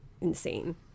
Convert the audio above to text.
insane